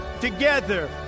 together